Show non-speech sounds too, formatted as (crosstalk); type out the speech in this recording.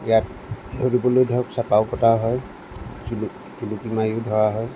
ইয়াত (unintelligible) ধৰক চেপাও পতা হয় জুলুকি মাৰিও ধৰা হয়